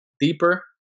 deeper